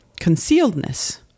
concealedness